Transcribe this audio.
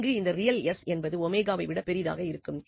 அங்கு இந்த real s என்பது w வை விட பெரிதாக இருக்கும்